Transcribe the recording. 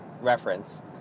reference